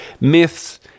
myths